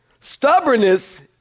Stubbornness